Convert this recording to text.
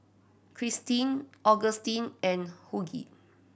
Kristen Augustin and Hughie